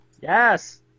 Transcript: Yes